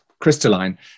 crystalline